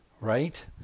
right